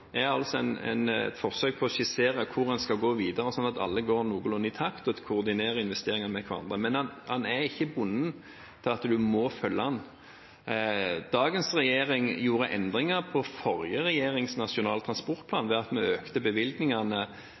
et forsøk på å skissere hvor en skal gå videre slik at alle går noenlunde i takt og koordinerer investeringer med hverandre. Men en er ikke bundet til å måtte følge den. Dagens regjering gjorde endringer i forrige regjerings nasjonale transportplan ved at vi økte bevilgningene,